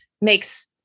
makes